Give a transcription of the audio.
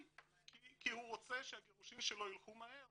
כי הוא רוצה שהגירושים שלו ילכו מהר,